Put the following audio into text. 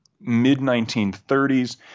mid-1930s